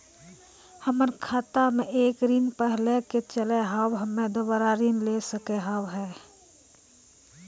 हमर खाता मे एक ऋण पहले के चले हाव हम्मे दोबारा ऋण ले सके हाव हे?